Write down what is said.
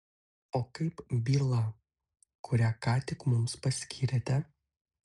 o kaip byla kurią ką tik mums paskyrėte